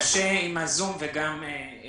קשה עם הזום וגם לשמוע ככה.